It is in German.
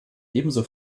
ebenso